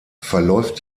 verläuft